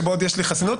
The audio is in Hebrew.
שעוד יש לי חסינות,